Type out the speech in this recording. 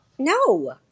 No